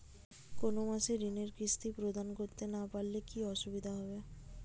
কোনো মাসে ঋণের কিস্তি প্রদান করতে না পারলে কি অসুবিধা হবে?